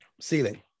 Ceiling